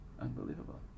unbelievable